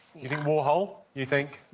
you think warhol? you think?